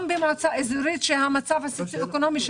גם במועצה מקומית שהמצב הסוציו-אקונומי הוא